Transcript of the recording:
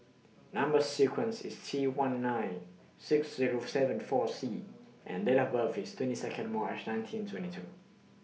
Number sequence IS T one nine six Zero seven four C and Date of birth IS twenty Second March nineteen twenty two